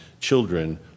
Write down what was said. children